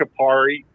Kapari